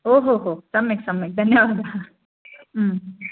ओहो हो सम्यक् सम्यक् धन्यवादः